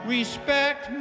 Respect